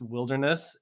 Wilderness